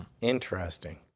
Interesting